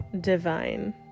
divine